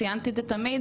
ציינתי את זה תמיד,